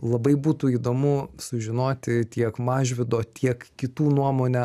labai būtų įdomu sužinoti tiek mažvydo tiek kitų nuomonę